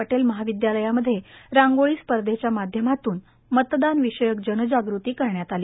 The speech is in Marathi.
पटेल महाविदयालयामध्ये रांगोळी स्पर्धेच्या माध्यमातून मतदानाविषयी जनजागृती करण्यात आली